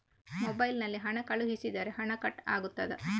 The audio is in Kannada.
ಮೊಬೈಲ್ ನಲ್ಲಿ ಹಣ ಕಳುಹಿಸಿದರೆ ಹಣ ಕಟ್ ಆಗುತ್ತದಾ?